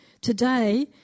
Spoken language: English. Today